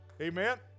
Amen